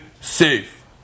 safe